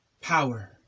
power